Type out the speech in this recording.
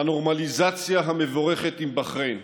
לנורמליזציה המבורכת עם בחריין,